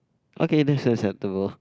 okay that's acceptable